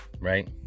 right